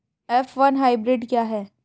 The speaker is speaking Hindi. एफ वन हाइब्रिड क्या है?